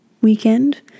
weekend